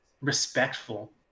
respectful